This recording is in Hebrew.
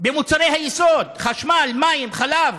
במוצרי היסוד: חשמל, מים, חלב,